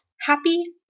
Happy